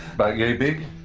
about yea big.